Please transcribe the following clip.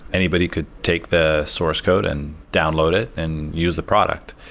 anybody could take the source code and download it and use the product.